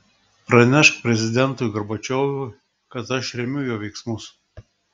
pranešk prezidentui gorbačiovui kad aš remiu jo veiksmus